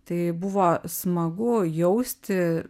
tai buvo smagu jausti